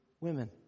women